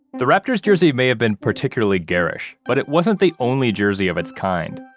the raptors jersey may have been particularly garish, but it wasn't the only jersey of its kind.